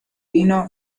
vino